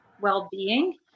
well-being